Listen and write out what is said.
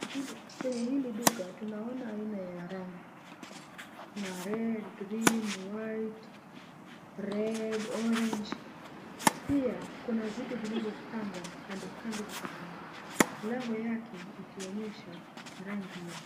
Kwenye hili duka, tunaona aina ya rangi. Kuna red, green, white, red, orange . Pia kuna vitu vilivyopangwa kandokando vikapangika. Milango yake ikionyesha rangi...